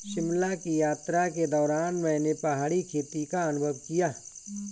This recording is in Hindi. शिमला की यात्रा के दौरान मैंने पहाड़ी खेती का अनुभव किया